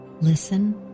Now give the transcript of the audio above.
listen